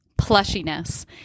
plushiness